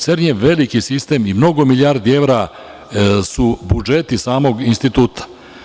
CERN je veliki sistem i mnogo milijardi evra su budžeti samog instituta.